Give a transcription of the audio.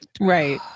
Right